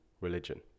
religion